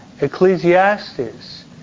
Ecclesiastes